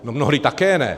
Mnohdy také ne.